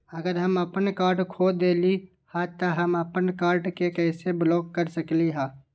अगर हम अपन कार्ड खो देली ह त हम अपन कार्ड के कैसे ब्लॉक कर सकली ह?